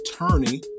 attorney